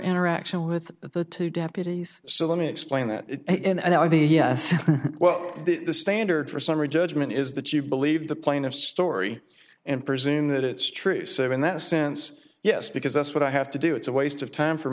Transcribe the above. interaction with the two deputies so let me explain that and that would be yes well the standard for summary judgment is that you believe the plane of story and presume that it's true save in that sense yes because that's what i have to do it's a waste of time for